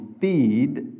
feed